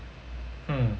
hmm